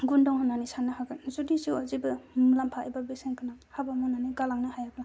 गुन दं होननानै साननो हागोन जुदि जिउआव जेबो मुलाम्फा एबा बेसेन गोनां हाबा मावनानै गालांनो हायाब्ला